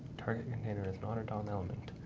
target is not a dom element.